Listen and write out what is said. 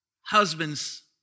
husbands